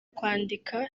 kwandika